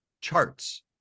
charts